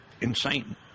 insane